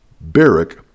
Barrick